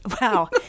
wow